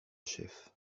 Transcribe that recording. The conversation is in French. chef